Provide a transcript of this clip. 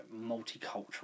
multicultural